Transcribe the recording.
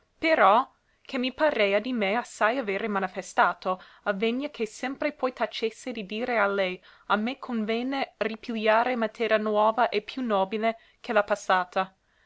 però che mi parea di me assai avere manifestato avvegna che sempre poi tacesse di dire a lei a me convenne ripigliare matera nuova e più nobile che la passata